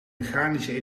mechanische